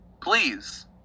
Please